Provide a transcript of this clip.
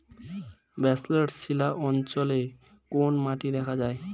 Basalt শিলা অঞ্চলে কোন মাটি দেখা যায়?